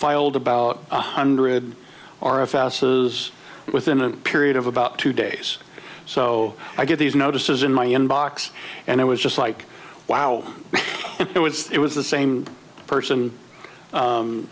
filed about one hundred or a fast is within a period of about two days so i get these notices in my inbox and i was just like wow it was it was the same person